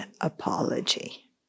apology